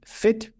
fit